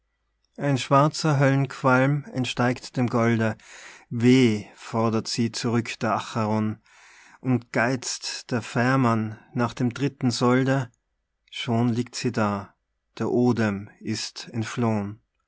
ein schwarzer höllenqualm entsteigt dem golde weh fordert sie zurück der acheron und geizt der fährmann nach dem dritten solde schon liegt sie da der odem ist entfloh'n